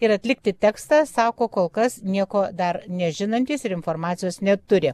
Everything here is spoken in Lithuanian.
ir atlikti tekstą sako kol kas nieko dar nežinantys ir informacijos neturi